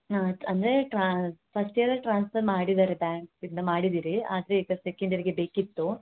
ಹಾಂ ಅಂದರೆ ಟ್ರಾ ಫಸ್ಟ್ ಇಯರಲ್ಲಿ ಟ್ರಾನ್ಸ್ಫರ್ ಮಾಡಿದ್ದಾರೆ ಬ್ಯಾಂಕಿಂದ ಮಾಡಿದೀರಿ ಆದರೆ ಈಗ ಸೆಕೆಂಡ್ ಇಯರಿಗೆ ಬೇಕಿತ್ತು